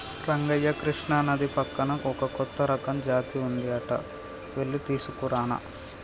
రంగయ్య కృష్ణానది పక్కన ఒక కొత్త రకం జాతి ఉంది అంట వెళ్లి తీసుకురానా